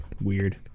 Weird